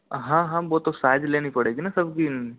हाँ हाँ वो तो साइज लेनी पड़ेगी ना सब की